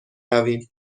برویم